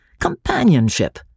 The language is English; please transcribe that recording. companionship